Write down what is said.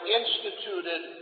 instituted